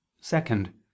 Second